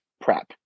prep